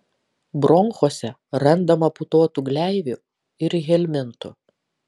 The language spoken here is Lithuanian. bronchuose randama putotų gleivių ir helmintų